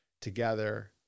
together